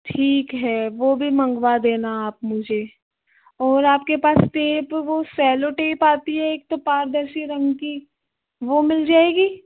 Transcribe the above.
ठीक है वह भी मंगवा देना आप मुझे और आपके पास टेप वह सेलो टेप आती है एक तो पारदर्शी रंग की वह मिल जाएगी